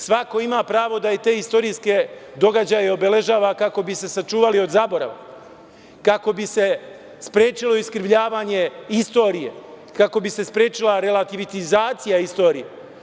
Svako ima pravo da te istorijske događaje obeležava kako bi se sačuvali od zaborava, kako bi se sprečilo iskrivljavanje istorije, kako bi se sprečila relativizacija istorije.